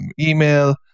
email